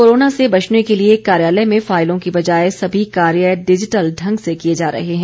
corona से बचने के लिए कार्यालय में फाईलों की बजाए सभी कार्य डिजिटल ढंग से किए जा रहे हैं